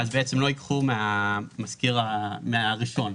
לא ייקחו מהמשכיר הראשון.